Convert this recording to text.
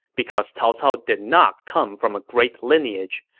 because cao cao did not come from a great lineage,